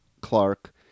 Clark